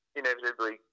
inevitably